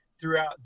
throughout